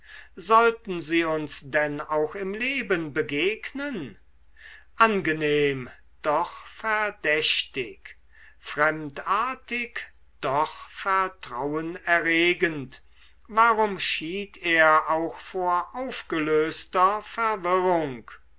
sollten sie uns denn auch im leben begegnen angenehm doch verdächtig fremdartig doch vertrauen erregend warum schied er auch vor aufgelöster verwirrung